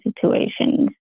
situations